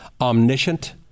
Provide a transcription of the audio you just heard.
omniscient